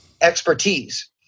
expertise